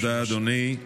תודה, אדוני.